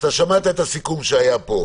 שמעת את הסיכום שהיה פה.